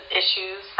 issues